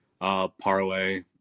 parlay